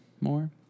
more